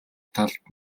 талд